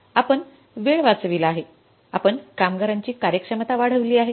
आपण वेळ वाचविला आहे आपण कामगारांची कार्यक्षमता वाढविली आहे